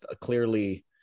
clearly